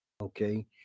Okay